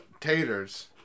Taters